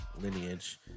lineage